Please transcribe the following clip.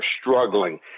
struggling